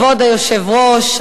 כבוד היושב-ראש,